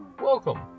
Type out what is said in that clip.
Welcome